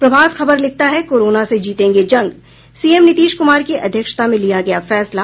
प्रभात खबर लिखता है कोरोना से जीतेंगे जंग सीएम नीतीश कुमार की अध्यक्षता में लिया गया फैसला